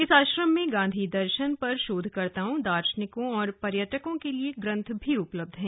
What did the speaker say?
इस आश्रम में गांधी दर्शन पर शोधकर्ताओं दार्शनिकों और पर्यटकों के लिए ग्रन्थ भी उपलब्ध है